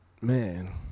man